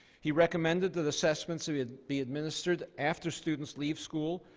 he recommended that assessments be be administered after students leave school,